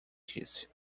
disse